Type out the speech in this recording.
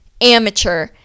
amateur